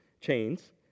chains